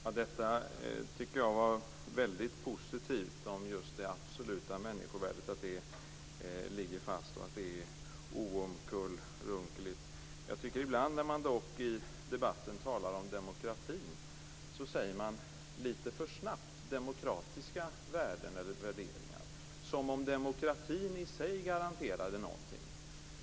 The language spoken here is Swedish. Fru talman! Jag tycker att det var väldigt positivt att höra att det absoluta människovärdet ligger fast och att det är oomkullrunkeligt. Ibland när man i debatten talar om demokrati säger man lite för snabbt demokratiska värden eller värderingar som om demokratin i sig garanterade någonting.